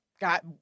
got